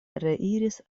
reiris